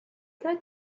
that